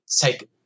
take